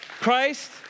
Christ